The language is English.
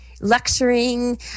lecturing